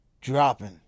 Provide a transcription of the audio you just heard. dropping